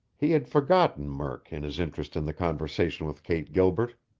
he had forgotten murk in his interest in the conversation with kate gilbert.